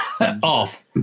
off